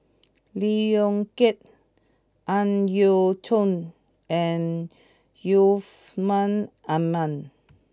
Lee Yong Kiat Ang Yau Choon and Yusman Aman